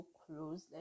close